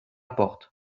porte